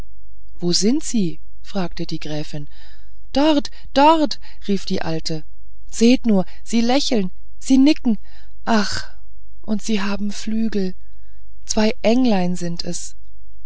wo sind sie fragte die gräfin dort dort rief die alte seht nur sie lächeln sie nicken ach und sie haben flügel zwei englein sind es